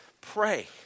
pray